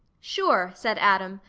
sure, said adam,